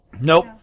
Nope